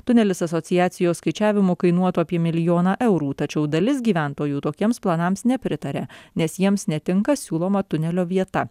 tunelis asociacijos skaičiavimu kainuotų apie milijoną eurų tačiau dalis gyventojų tokiems planams nepritaria nes jiems netinka siūloma tunelio vieta